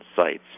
sites